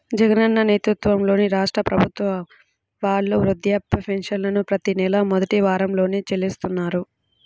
జగనన్న నేతృత్వంలోని రాష్ట్ర ప్రభుత్వం వాళ్ళు వృద్ధాప్య పెన్షన్లను ప్రతి నెలా మొదటి వారంలోనే చెల్లిస్తున్నారు